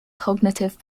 cognitive